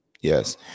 Yes